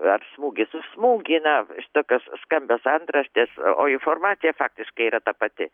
ar smūgis už smūgį na šitokios skambios antraštės o informacija faktiškai yra ta pati